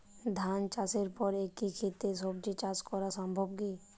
ধান চাষের পর একই ক্ষেতে সবজি চাষ করা সম্ভব কি?